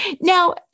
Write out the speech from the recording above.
Now